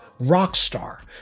Rockstar